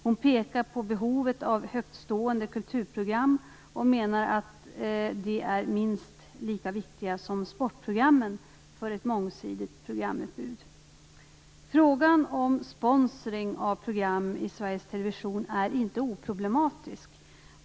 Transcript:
Hon pekar på behovet av högtstående kulturprogram och menar att de är minst lika viktiga som sportprogrammen för ett mångsidigt programutbud. Frågan om sponsring av program i Sveriges Television är inte oproblematisk.